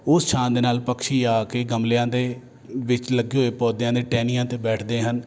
ਉਸ ਛਾਂ ਦੇ ਨਾਲ ਪਕਸ਼ੀ ਆ ਕੇ ਗਮਲਿਆਂ ਦੇ ਵਿੱਚ ਲੱਗੇ ਹੋਏ ਪੌਦਿਆਂ ਦੀ ਟਹਿਣੀਆਂ 'ਤੇ ਬੈਠਦੇ ਹਨ